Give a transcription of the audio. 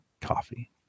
coffee